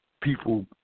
people